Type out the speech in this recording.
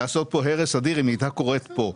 לעשות פה הרס אדיר אם היא הייתה קורית פה.